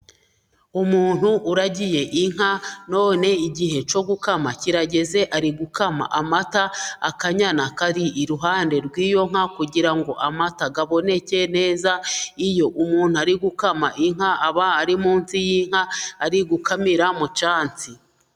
Umuntu uragiye inka none igihe cyo gukama kirageze, ari gukama amata, akanyana kari iruhande rw'iyo nka, kugira ngo amata aboneke neza, iyo umuntu ari gukama inka aba ari munsi y'inka, ari gukamira mu cyansi.